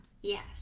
Yes